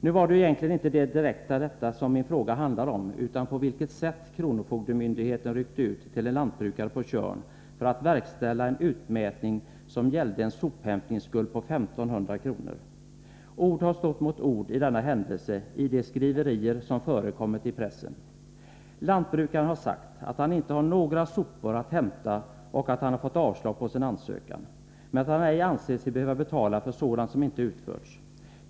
Nu var det egentligen inte direkt detta som min fråga handlade om, utan om det sätt på vilket kronofogdemyndigheten ryckte ut till en lantbrukare på Tjörn för att verkställa en utmätning som gällde en sophämtningsskuld på 1500 kr. Ord har stått mot ord i de skriverier om denna händelse som förekommit i pressen. Lantbrukaren har sagt att han inte har några sopor att hämta och att han fått avslag på sin ansökan om befrielse från sophämtning. Han anser sig ej behöva betala för sådant som inte utförts.